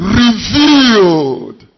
revealed